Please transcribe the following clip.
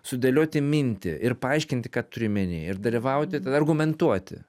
sudėlioti mintį ir paaiškinti ką turi omeny ir dalyvauti tada argumentuoti